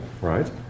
right